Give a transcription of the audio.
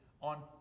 on